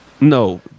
No